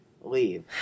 Leave